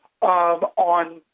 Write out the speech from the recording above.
on